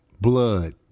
blood